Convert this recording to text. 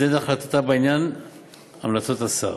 ותיתן את החלטתה בעניין המלצות השר.